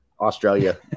australia